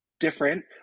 different